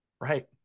right